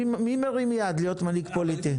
מי מרים יד להיות מנהיג פוליטי?